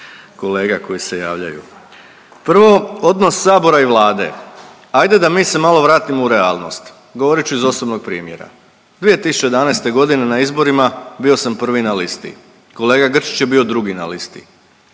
kolega koji se javljaju. Prvo, odnos Sabora i Vlade, ajde da mi se malo vratimo u realnost, govorit ću iz osobnog primjera. 2011.g. na izborima bio sam 1. na listi, kolega Grčić je bio 2. na listi,